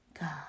God